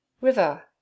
River